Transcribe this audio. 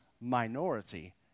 minority